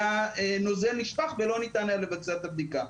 והנוזל נשפך ולא ניתן היה לבצע את הבדיקה.